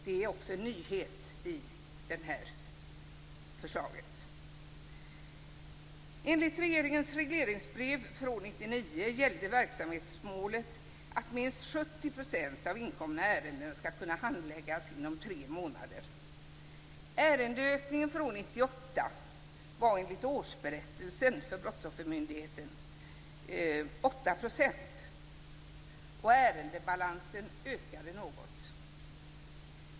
Det är också en nyhet i det här förslaget. gäller verksamhetsmålet att minst 70 % av inkomna ärenden skall kunna handläggas inom tre månader. Ärendeökningen år 1998 för Brottsoffermyndigheten var enligt årsberättelsen 8 %, och ärendebalansen ökade något.